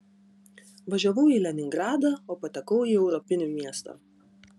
važiavau į leningradą o patekau į europinį miestą